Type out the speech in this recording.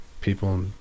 people